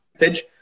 message